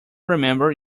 remember